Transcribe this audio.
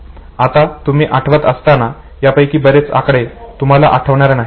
आता तुम्ही आठवत असताना यापैकी बरेच आकडे तुम्हाला आठवणार नाही